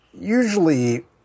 usually